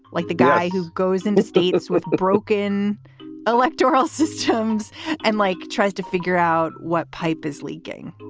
like the guy who goes into status with broken electoral systems and like tries to figure out what pipe is leaking.